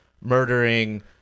murdering